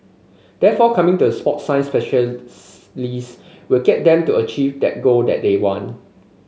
therefore coming to the sport science will get them to achieve that goal that they want